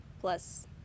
plus